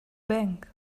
bank